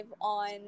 on